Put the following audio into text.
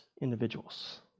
individuals